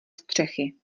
střechy